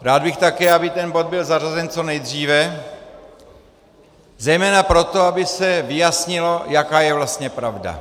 Rád bych také, aby ten bod byl zařazen co nejdříve zejména proto, aby se vyjasnilo, jaká je vlastně pravda.